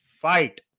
fight